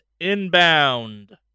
inbound